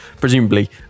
presumably